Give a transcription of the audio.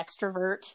extrovert